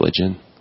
religion